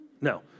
No